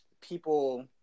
people